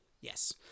Yes